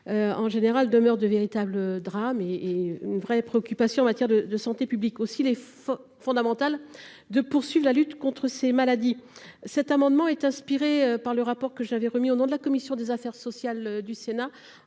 en général demeure de véritables drames et une vraie préoccupation en matière de santé publique aussi les fondamental de poursuivre la lutte contre ces maladies, cet amendement est inspirée par le rapport que j'avais remis au nom de la commission des affaires sociales du Sénat,